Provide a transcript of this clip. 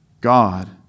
God